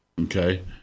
okay